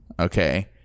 okay